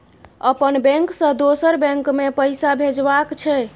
अपन बैंक से दोसर बैंक मे पैसा भेजबाक छै?